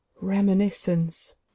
reminiscence